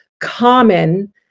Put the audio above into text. common